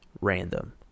Random